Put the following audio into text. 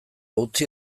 utzi